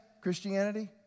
Christianity